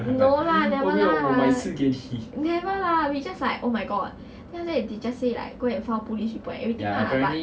no lah never lah never lah we just like oh my god then after that they just say like go and file police report everything lah but